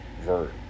vert